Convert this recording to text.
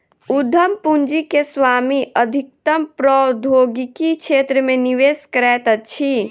उद्यम पूंजी के स्वामी अधिकतम प्रौद्योगिकी क्षेत्र मे निवेश करैत अछि